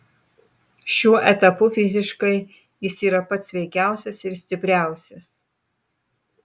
šiuo etapu fiziškai jis yra pats sveikiausias ir stipriausias